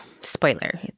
spoiler